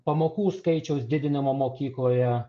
pamokų skaičiaus didinimo mokykloje